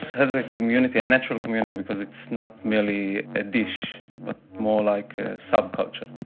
has a community, a natural community because it's not merely a dish but more like a subculture.